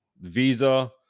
Visa